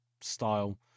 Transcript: style